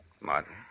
Martin